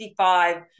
55